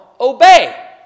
obey